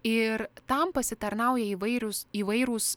ir tam pasitarnauja įvairiūs įvairūs